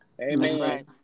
Amen